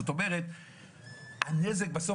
זאת אומרת הנזק בסוף,